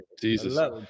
Jesus